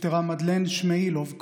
נפטרה מדלן שמאילוב כהן,